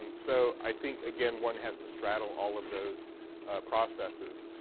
and so i think, again, one has to straddle all of those processes.